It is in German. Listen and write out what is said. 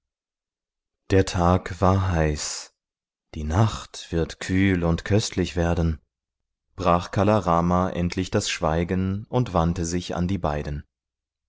der tag war heiß die nacht wird kühl und köstlich werden brach kala rama endlich das schweigen und wandte sich an die beiden